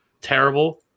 terrible